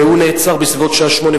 הוא נעצר בסביבות 20:30,